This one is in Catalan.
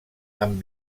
amb